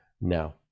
now